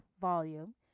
volume